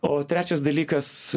o trečias dalykas